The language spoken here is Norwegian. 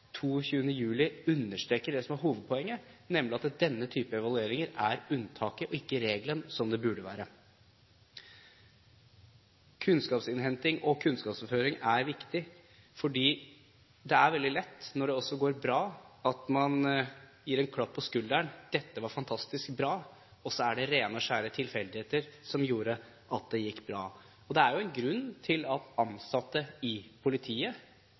22. juli understreker det som er hovedpoenget, nemlig at denne type evalueringer er unntaket og ikke regelen, som det burde være. Kunnskapsinnhenting og kunnskapsoverføring er viktig. Det er veldig lett når det går bra, at man gir en klapp på skulderen, dette var fantastisk bra – og så er det rene og skjære tilfeldigheter som gjorde at det gikk bra. Det er jo en grunn til at ansatte i politiet,